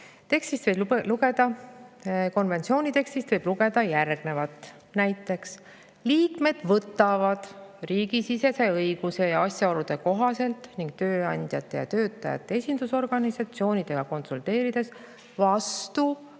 Meile valetati. Konventsiooni tekstist võib lugeda järgnevat. Näiteks, liikmed võtavad riigisisese õiguse ja asjaolude kohaselt ning tööandjate ja töötajate esindusorganisatsioonidega konsulteerides vastu